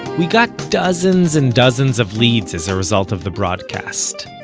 we got dozens and dozens of leads as a result of the broadcast.